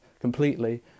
completely